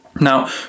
now